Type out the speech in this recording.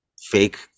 fake